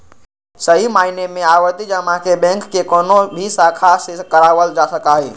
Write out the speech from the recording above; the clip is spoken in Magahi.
सही मायने में आवर्ती जमा के बैंक के कौनो भी शाखा से करावल जा सका हई